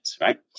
right